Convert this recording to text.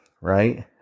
right